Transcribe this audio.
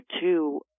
two